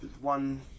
one